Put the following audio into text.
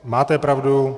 Máte pravdu.